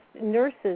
nurses